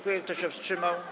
Kto się wstrzymał?